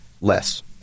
less